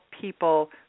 people